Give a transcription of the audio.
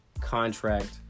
contract